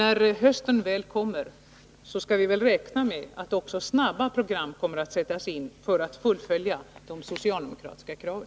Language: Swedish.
När hösten kommer skall vi väl räkna med att också snabbt program kommer att sättas in för att fullfölja de socialdemokratiska kraven.